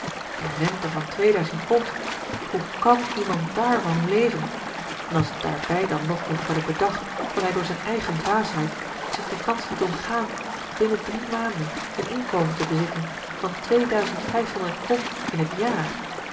de rente van tweeduizend pond hoe kàn iemand daarvan leven en als daarbij dan nog moet worden bedacht dat hij door zijn eigen dwaasheid zich de kans liet ontgaan binnen drie maanden een inkomen te bezitten van tweeduizend vijfhonderd pond in het jaar